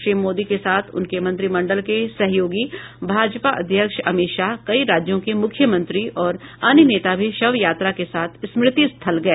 श्री मोदी के साथ उनके मंत्रिमंडल के सहयोगी भाजपा अध्यक्ष अमित शाह कई राज्यों के मुख्यमंत्री और अन्य नेता भी शव यात्रा के साथ स्मृति स्थल गए